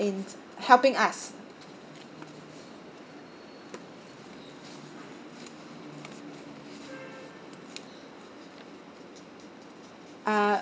in helping us uh